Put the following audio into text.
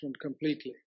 completely